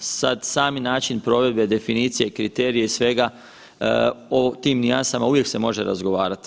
Sad sami način provedbe, definicije i kriterije i svega o tim nijansama uvijek se može razgovarat.